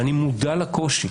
אני מודע לקושי.